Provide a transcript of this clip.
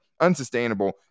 Unsustainable